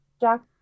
Jack